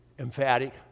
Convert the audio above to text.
emphatic